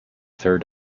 third